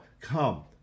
come